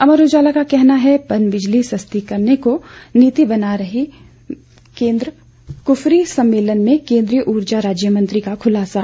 अमर उजाला का कहना है पनबिजली सस्ती करने को नीति बना रहा केंद्र कुफरी सम्मेलन में केंद्रीय ऊर्जा राज्य मंत्री का खुलासा